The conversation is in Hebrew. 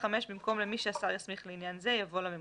במקום "למי שהשר יסמיך לעניין זה" יבוא לממונה".